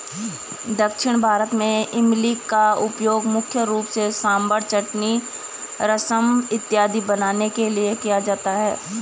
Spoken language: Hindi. दक्षिण भारत में इमली का उपयोग मुख्य रूप से सांभर चटनी रसम इत्यादि बनाने के लिए किया जाता है